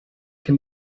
can